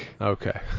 Okay